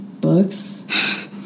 books